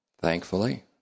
thankfully